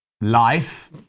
life